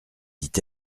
dit